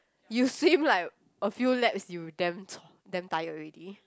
you swim like a few laps you damn damn tired already